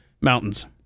mountains